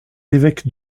évêques